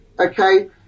okay